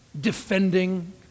defending